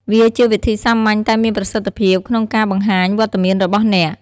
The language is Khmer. វាជាវិធីសាមញ្ញតែមានប្រសិទ្ធភាពក្នុងការបង្ហាញវត្តមានរបស់អ្នក។